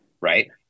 right